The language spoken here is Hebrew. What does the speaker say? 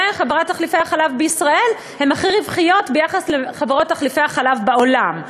וחברות תחליפי החלב בישראל הן הכי רווחיות בין חברות תחליפי החלב בעולם.